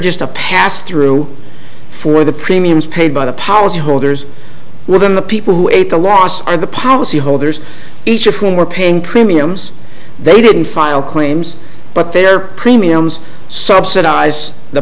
just a pass through for the premiums paid by the powers holders within the people who ate the last of the policyholders each of whom were paying premiums they didn't file claims but their premiums subsidize the